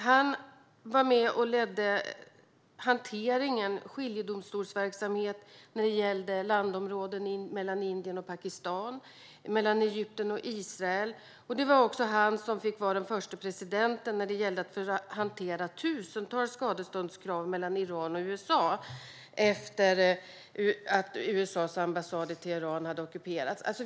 Han ledde hanteringen av skiljedomstolsverksamhet när det gällde landområden mellan Indien och Pakistan och mellan Egypten och Israel. Det var också han som var den förste presidenten när det gällde att hantera tusentals skadeståndskrav mellan Iran och USA efter att USA:s ambassad i Teheran hade ockuperats.